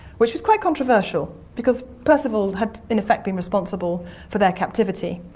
which was quite controversial because percival had, in effect, been responsible for their captivity.